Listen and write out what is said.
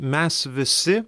mes visi